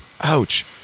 Ouch